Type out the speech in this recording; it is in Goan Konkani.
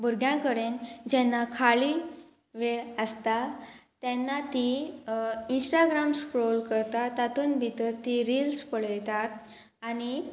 भुरग्यां कडेन जेन्ना खाली वेळ आसता तेन्ना तीं इंस्टाग्राम स्क्रोल करता तातूंत भितर तीं रिल्स पळयतात आनी